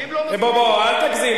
אז אנחנו לוקחים את הכלי הזה,